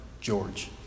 George